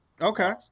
Okay